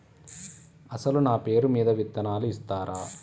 అసలు నా పేరు మీద విత్తనాలు ఇస్తారా?